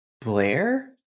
Blair